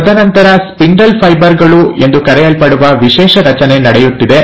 ತದನಂತರ spindle fibre ಗಳು ಎಂದು ಕರೆಯಲ್ಪಡುವ ವಿಶೇಷ ರಚನೆ ನಡೆಯುತ್ತಿದೆ